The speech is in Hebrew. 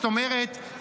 זאת אומרת,